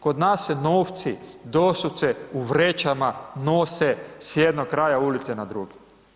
Kod nas se novci doslovce u vrećama nose s jednog kraja ulice na drugi.